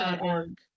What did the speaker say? .org